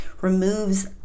removes